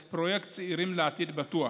את פרויקט צעירים לעתיד בטוח.